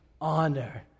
honor